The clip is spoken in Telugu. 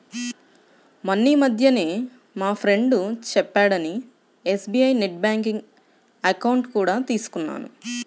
మొన్నీమధ్యనే మా ఫ్రెండు చెప్పాడని ఎస్.బీ.ఐ నెట్ బ్యాంకింగ్ అకౌంట్ కూడా తీసుకున్నాను